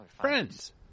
friends